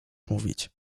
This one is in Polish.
mówić